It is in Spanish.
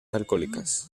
alcohólicas